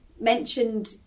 mentioned